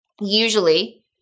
Usually